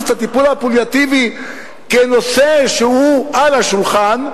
את הטיפול הפליאטיבי כנושא שהוא על השולחן,